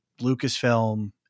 Lucasfilm